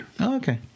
okay